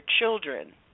children